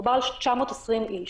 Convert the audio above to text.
דובר על 920 איש.